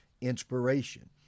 inspiration